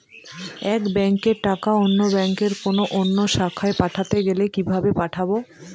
এক ব্যাংকের টাকা অন্য ব্যাংকের কোন অন্য শাখায় পাঠাতে গেলে কিভাবে পাঠাবো?